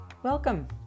Welcome